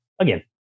again